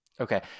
Okay